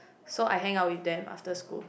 so I hang out with them after school